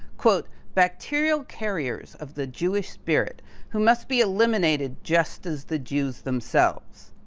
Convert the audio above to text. bacterial carriers of the jewish spirit who must be eliminated just as the jews themselves.